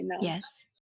Yes